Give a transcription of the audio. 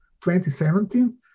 2017